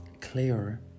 clearer